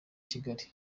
kigali